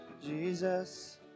Jesus